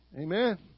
Amen